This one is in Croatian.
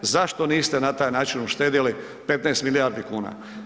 Zašto niste na taj način uštedjeli 15 milijardi kuna?